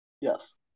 Yes